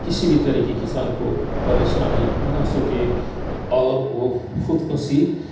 کسی بھی طرح کی کسان کو پریشانی نہ ہو سکے اور وہ خودکشی